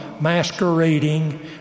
masquerading